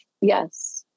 Yes